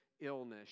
illness